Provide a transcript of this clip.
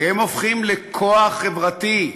והם הופכים לכוח חברתי,